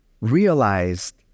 realized